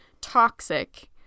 toxic